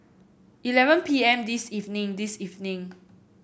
eleven P M this evening this evening